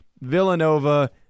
Villanova